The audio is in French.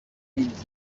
ils